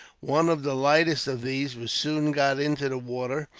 one of the lightest of these was soon got into the water,